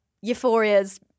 euphoria's